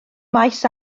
maes